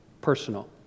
personal